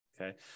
Okay